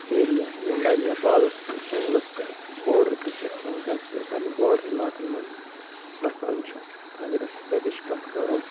area یِم واریاہ بالَس پٮ۪ٹھ جنٛگلَس پٮ۪ٹھ باڈَر ڈِسٹِرٛک چھِ یِوان کَنسِڈَر کَرنہٕ باڈَر علاقَن منٛز بَسان چھِ اگر أسۍ تَتِچ کَتھ کَرو